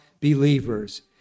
believers